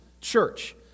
church